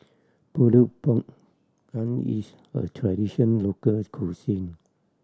Pulut Panggang is a tradition locals cuisine